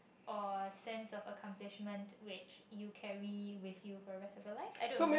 or sense of accomplishment which you carry with you for rest of your life I don't know